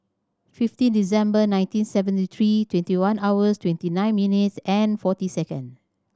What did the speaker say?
fifteen December nineteen seventy three twenty one hours twenty nine minutes and forty second